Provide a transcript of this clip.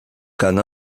can